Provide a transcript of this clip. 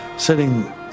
sitting